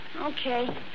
Okay